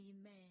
Amen